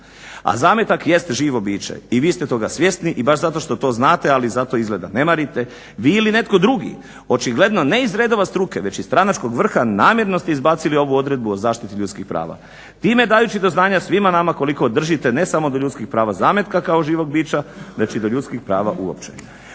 A zametak jest živo biće i vi ste toga svjesni i baš zato što to znate, ali za to izgleda ne marite vi ili netko drugi, očigledno ne iz redova struke već iz stranačkog vrha namjerno ste izbacili ovu odredbu o zaštiti ljudskih prava time dajući do znanja svima nama koliko držite ne samo do ljudskih prava zametka kao živog bića već i do ljudskih prava uopće.